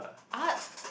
art